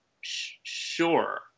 Sure